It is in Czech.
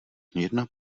jedna